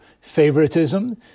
favoritism